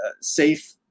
safe